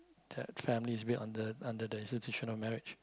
that family is built under under the institution of marriage